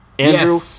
Andrew